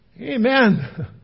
Amen